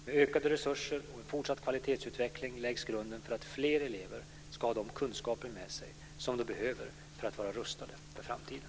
Med ökade resurser och en fortsatt kvalitetsutveckling läggs grunden för att fler elever ska ha de kunskaper med sig som de behöver för att vara rustade för framtiden.